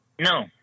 No